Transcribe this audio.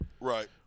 Right